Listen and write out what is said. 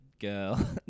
girl